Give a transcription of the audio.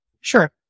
Sure